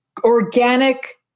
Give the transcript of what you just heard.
organic